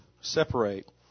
separate